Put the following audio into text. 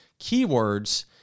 keywords